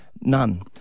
None